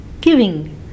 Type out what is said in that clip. giving